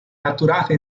catturate